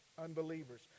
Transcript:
unbelievers